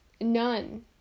none